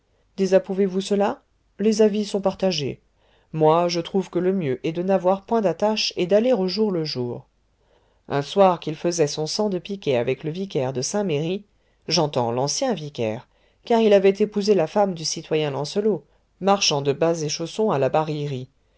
désapprouvez vous cela les avis sont partagés moi je trouve que le mieux est de n'avoir point d'attache et d'aller au jour le jour un soir qu'il faisait son cent de piquet avec le vicaire de saint-merry j'entends l'ancien vicaire car il avait épousé la femme du citoyen lancelot marchand de bas et chaussons à la barillerie